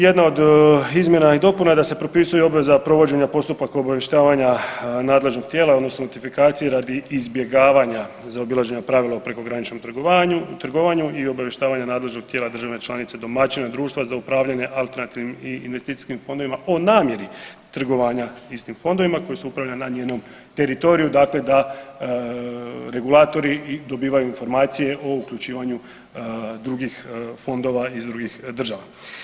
Jedna od izmjena i dopuna da se propisuje obveza provođenja postupaka obavještavanja nadležnog tijela odnosno identifikacije radi izbjegavanja zaobilaženja pravila o prekograničnom trgovanju i obavještavanju nadležnog tijela države članice domaćina društva za upravljanje alternativnim i investicijskim fondovima o namjeri trgovanja istim fondovima koji su upravljali na njenom teritoriju dakle da regulatori dobivaju informacije o uključivanju drugih fondova iz drugih država.